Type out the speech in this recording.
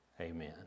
amen